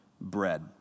bread